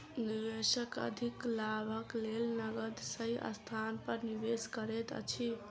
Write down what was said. निवेशक अधिक लाभक लेल नकद सही स्थान पर निवेश करैत अछि